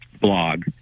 blog